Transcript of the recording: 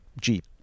Jeep